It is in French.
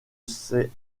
ces